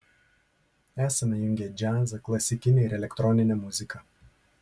esame jungę džiazą klasikinę ir elektroninę muziką